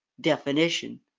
definition